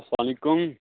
اسلام علیکُم